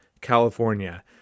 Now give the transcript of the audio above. California